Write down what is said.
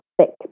thick